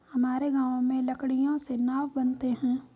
हमारे गांव में लकड़ियों से नाव बनते हैं